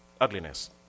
ugliness